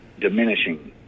diminishing